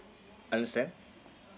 understand